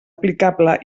aplicable